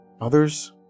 Others